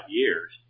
years